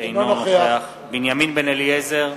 אינו נוכח בנימין בן-אליעזר,